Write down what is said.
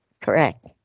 correct